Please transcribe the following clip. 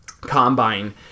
combine